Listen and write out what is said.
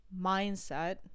mindset